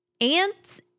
ants